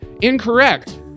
incorrect